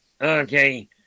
Okay